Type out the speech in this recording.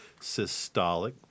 systolic